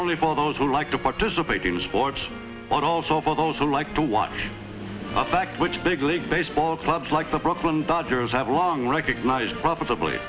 only for those who like to participate in sports but also for those who like to watch the fact which big league baseball clubs like the brooklyn dodgers have long recognized pro